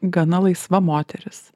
gana laisva moteris